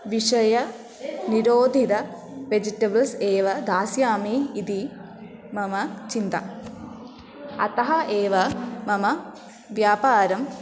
विषयनिरोधित vegetables एव दास्यामि इति मम चिन्ता अतः एव मम व्यापारम्